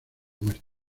muerte